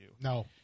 No